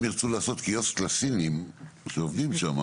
אם החברה תרצה לעשות קיוסק לסינים שעובדים שם